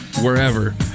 wherever